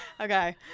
Okay